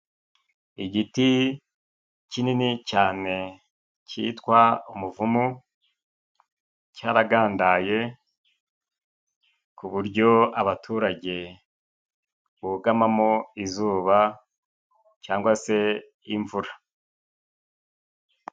Igiti kinini cyane cyitwa umuvumu, cyaragandaye ku buryo abaturage bugamamo izuba cyangwa se imvura.